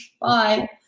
bye